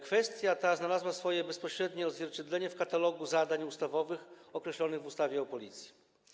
Kwestia ta znalazła swoje bezpośrednie odzwierciedlenie w katalogu zadań ustawowych określonych w ustawie o Policji.